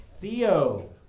Theo